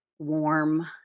warm